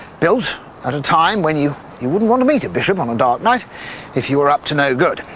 built at a time when you you wouldn't want to meet a bishop on a dark night if you were up to no good,